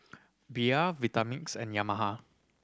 Bia Vitamix and Yamaha